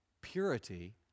Purity